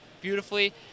beautifully